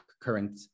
current